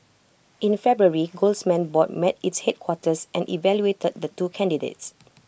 in February golds man's board met its headquarters and evaluated the two candidates